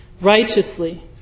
righteously